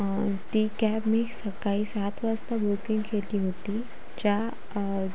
ती कॅब मी सकाळी सात वाजता बुकिंग केली होती ज्या